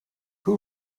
who